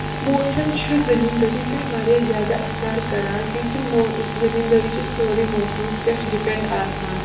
موسَم چھُ زٔمیٖن دٲری پٮ۪ٹھ واریاہ زیادٕ اَثر کران کیوں کہِ زمیٖن دٲری چھِ سٲری موسمَس پٮ۪ٹھ ڈِپینڑ آسان